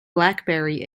blackberry